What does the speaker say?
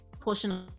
portion